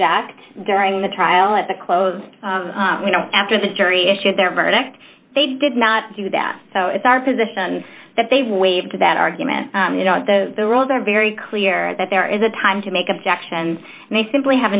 object during the trial at the close you know after the jury issued their verdict they did not do that so it's our position that they waived that argument you know the the rules are very clear that there is a time to make objections and they simply